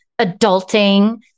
adulting